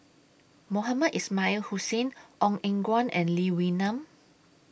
Mohamed Ismail Hussain Ong Eng Guan and Lee Wee Nam